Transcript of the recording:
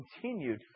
continued